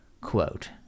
quote